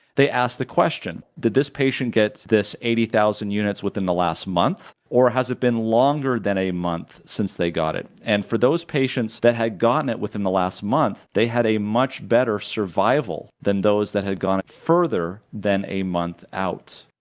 they asked the question did this patient get this eighty thousand units within the last month or has it been longer than a month since they got it? and for those patients that had gotten it within the last month, they had a much better survival than those that had gone further than a month out,